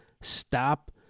stop